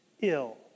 ill